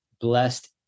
blessed